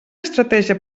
estratègia